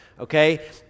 okay